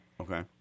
Okay